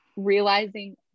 Realizing